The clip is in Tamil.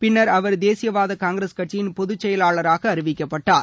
பின்னர் அவர் தேசியவாத காங்கிரஸ் கட்சியின் பொதுச்செயலாளராக அறிவிக்கப்பட்டார்